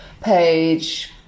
page